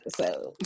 episode